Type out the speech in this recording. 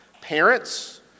parents